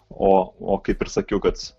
o o kaip ir sakiau kad